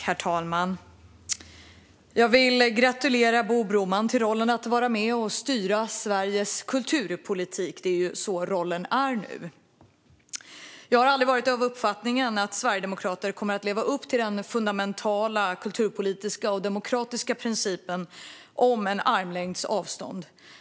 Herr talman! Jag vill gratulera Bo Broman till rollen att vara med och styra Sveriges kulturpolitik. Det är ju så rollen är nu. Jag har aldrig varit av uppfattningen att Sverigedemokraterna kommer att leva upp till den fundamentala kulturpolitiska och demokratiska principen om armlängds avstånd.